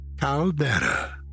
Caldera